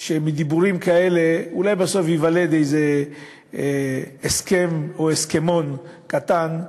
שמדיבורים כאלה אולי בסוף ייוולד איזה הסכם או הסכמון קטן,